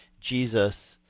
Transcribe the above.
jesus